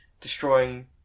destroying